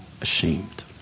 ashamed